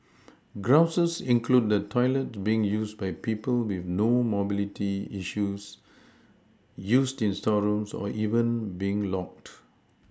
grouses include the toilets being used by people with no mobility issues used as storerooms or even being locked